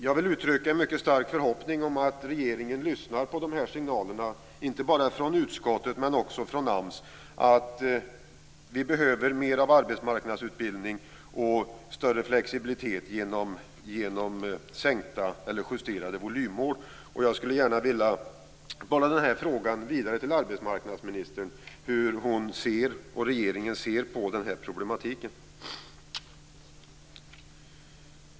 Jag vill uttrycka en mycket stark förhoppning om att regeringen lyssnar på dessa signaler, som kommer inte bara från arbetsmarknadsutskottet utan även från AMS, om att vi behöver mer arbetsmarknadsutbildning och större flexibilitet genom sänkta eller justerade volymmål. Jag skulle gärna vilja bolla en fråga vidare till arbetsmarknadsministern. Hur ser hon och regeringen på de här problemen?